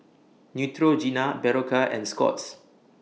Neutrogena Berocca and Scott's